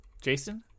Jason